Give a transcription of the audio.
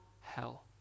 hell